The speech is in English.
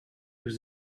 was